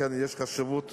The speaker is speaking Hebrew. לכן יש חשיבות